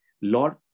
Lord